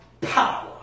power